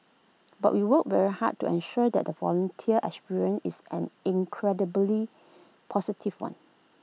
but we work very hard to ensure that the volunteer experience is an incredibly positive one